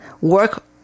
work